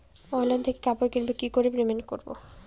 Online থেকে কাপড় কিনবো কি করে পেমেন্ট করবো?